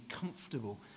comfortable